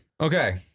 Okay